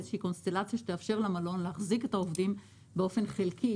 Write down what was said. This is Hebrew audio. איזו קונסטלציה שתאפשר למלון להחזיק את העובדים באופן חלקי,